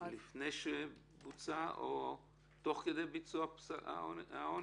לפני ביצוע העונש או תוך כדי ביצוע העונש?